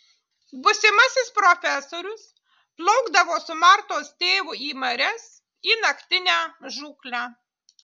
būsimasis profesorius plaukdavo su martos tėvu į marias į naktinę žūklę